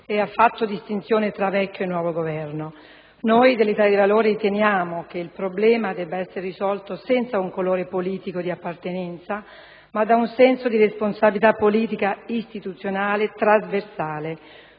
e ha fatto distinzione fra vecchio e nuovo Governo. Noi dell'Italia dei Valori riteniamo che il problema debba essere risolto senza tener conto del colore politico di appartenenza, ma attraverso un senso di responsabilità politica istituzionale trasversale.